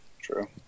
True